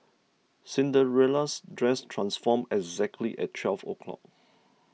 Cinderella's dress transformed exactly at twelve o' clock